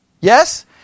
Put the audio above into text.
Yes